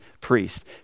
priest